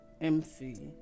MC